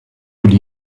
would